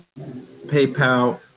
PayPal